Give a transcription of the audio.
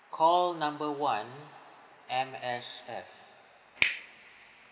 call number one M_S_F